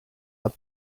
are